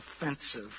offensive